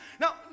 Now